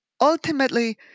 ultimately